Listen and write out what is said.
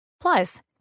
Plus